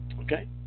Okay